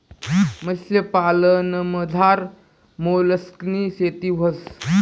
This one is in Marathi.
मत्स्यपालनमझार मोलस्कनी शेती व्हस